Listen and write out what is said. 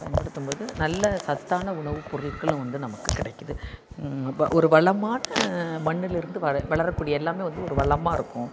பயன்படுத்தும் போது நல்ல சத்தான உணவுப் பொருட்கள் வந்து நமக்குக் கிடைக்குது இப்போ ஒரு வளமான மண்ணிலிருந்து வர வளரக்கூடிய எல்லாமே வந்து ஒரு வளமாக இருக்கும்